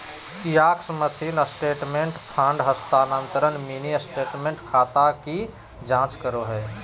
kiosk machine statement, fund हस्तानान्तरण, mini statement, खाता की जांच करो हइ